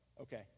Okay